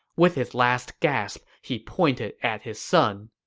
with his last gasp, he pointed at his son,